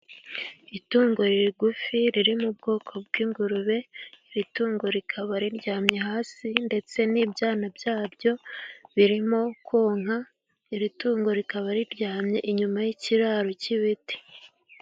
Itungo rigufi riri mu bwoko bw'ingurube, iri tungo rikaba riryamye hasi ndetse n'ibyana byaryo birimo konka. Iri tungo rikaba riryamye inyuma y'ikiraro cy'ibiti.